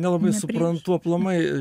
nelabai suprantu aplamai